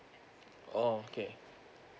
oh okay